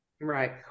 Right